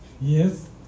Yes